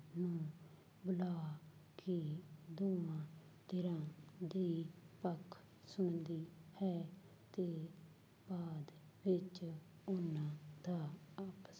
ਨੂੰ ਬੁਲਾ ਕੇ ਦੋਵਾਂ ਧਿਰਾਂ ਦੇ ਪੱਖ ਸੁਣਦੀ ਹੈ ਅਤੇ ਬਾਅਦ ਵਿੱਚ ਉਹਨਾਂ ਦਾ ਆਪਸ